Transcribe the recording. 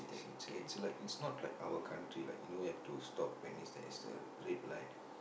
it's a it's a like it's not like our country we need to stop when it's the it's the red light